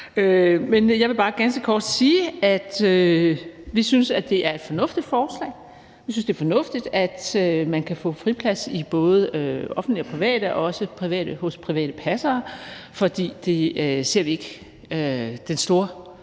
Jeg vil bare ganske kort sige, at vi synes, det er et fornuftigt forslag. Vi synes, det er fornuftigt, at man kan få friplads i både offentlige og private tilbud og også hos private passere, for vi ser ikke en